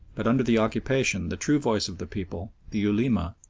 but under the occupation the true voice of the people the ulema,